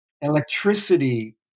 electricity